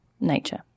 nature